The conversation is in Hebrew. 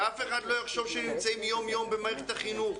שאף אחד לא יחשוב שהם נמצאים יום-יום במערכת החינוך.